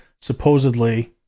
supposedly